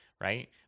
right